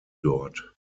dort